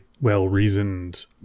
well-reasoned